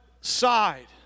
side